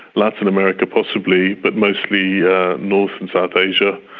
latin america possibly, but mostly north and south asia.